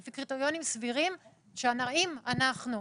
לפי קריטריונים סבירים שמראים אנחנו.